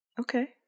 Okay